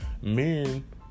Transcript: men